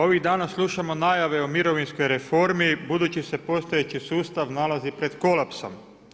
Ovih dana slušamo najave o mirovinskoj reformi budući se postojeći sustav nalazi pred kolapsom.